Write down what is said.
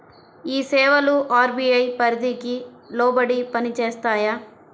ఈ సేవలు అర్.బీ.ఐ పరిధికి లోబడి పని చేస్తాయా?